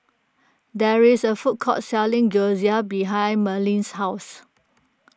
there is a food court selling Gyoza behind Merlin's house